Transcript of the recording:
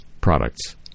products